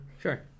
Sure